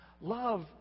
Love